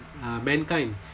uh mankind